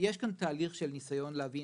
יש כאן תהליך של ניסיון להבין,